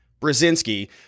Brzezinski